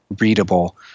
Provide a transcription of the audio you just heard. readable